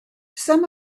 some